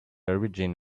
origin